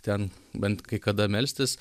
ten bent kai kada melstis